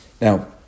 Now